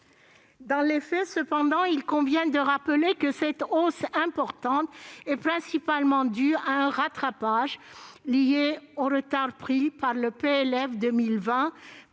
Dans les faits, cependant, il convient de rappeler que cette hausse importante est principalement due à un rattrapage lié au retard pris par le PLF pour